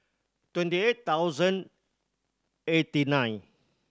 twenty eight thousand eighty nine